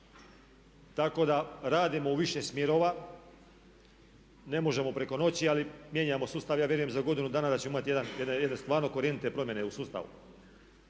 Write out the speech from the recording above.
Tako da radimo u više smjerova, ne možemo preko noći ali mijenjamo sustav i ja vjerujem za godinu dana da ćemo imati jedne stvarno korjenite promjene u sustavu.